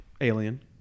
Alien